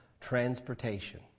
transportation